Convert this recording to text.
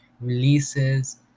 releases